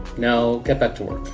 now get back to work